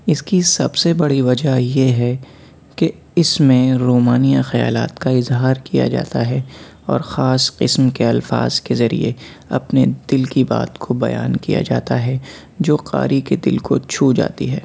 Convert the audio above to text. اِس کی سب سے بڑی وجہ یہ ہے کہ اِس میں رومانیہ خیالات کا اظہار کیا جاتا ہے اور خاص قسم کے الفاظ کے ذریعے اپنے دِل کی بات کو بیان کیا جاتا ہے جو قاری کے دِل کو چھو جاتی ہے